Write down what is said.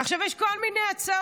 עכשיו, יש כל מיני הצעות.